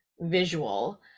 visual